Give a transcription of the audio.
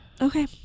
Okay